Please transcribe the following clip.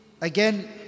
again